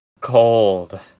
cold